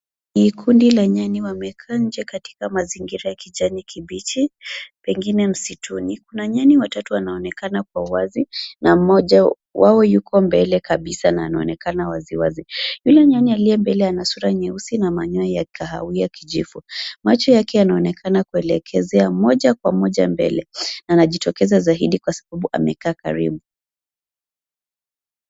Ni kundi la nyani wamekaa nje katika mazingira ya kijani kibichi, pengine msituni. Kuna nyani watatu wanaonekana kwa uwazi, na mmoja wao yuko mbele kabisa na anaonekana wazi wazi. Yule nyani aliye mbele ana sura nyeusi na manyoya ya kahawia kijivu. Macho yake yanaonekana kuelekezea, moja kwa moja mbele, na anajitokeza zaidi kwa sababu amekaa karibu.